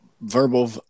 verbal